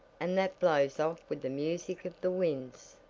and that blows off with the music of the winds.